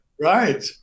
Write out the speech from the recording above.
Right